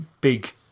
big